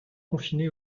confinés